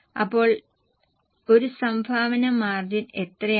അപ്പോൾ ഇപ്പോൾ ഒരു സംഭാവന മാർജിൻ എത്രയാണ്